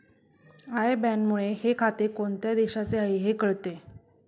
I बॅनमुळे हे खाते कोणत्या देशाचे आहे हे कळते